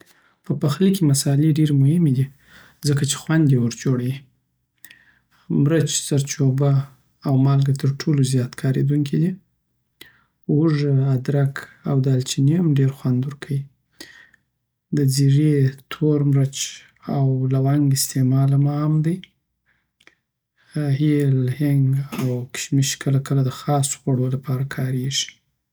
په پخلي کې مصالحې ډېر مهمی دي، ځکه چی خوند یی ور جوړوي. مرچ، زردچوبه، او مالګه تر ټولو زیات کارېدونکي دي. هوږه، ادرک، او دالچینی هم ډېر خوند ورکوي. د ځیرې، تور مرچ او لونګ استعمال هم عام دی. هل، هینګ، او کشمش کله کله د خاصو خوړو لپاره کارېږي.